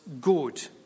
good